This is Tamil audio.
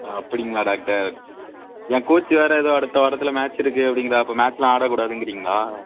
ஓ அப்படிங்களா டாக்டர் என் கோச்சு வேறு எதோ அடுத்த வாரத்தில் மேட்சிருக்கு அப்படிங்கிறாரு அப்போ மேட்ச்லாம் ஆடக்கூடாதுங்குறீங்களா